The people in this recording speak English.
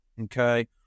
Okay